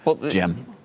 Jim